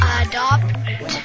adopt